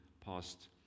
past